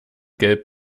gelb